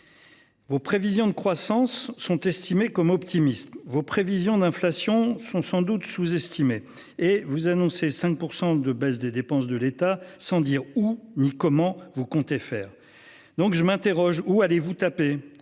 Vos prévisions de croissance sont estimés comme optimiste vos prévisions d'inflation sont sans doute sous-estimé et vous annoncez 5% de baisse des dépenses de l'État sans dire où ni comment vous comptez faire donc je m'interroge ou à des vous tapez